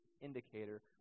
indicator